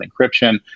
encryption